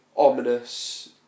Ominous